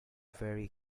very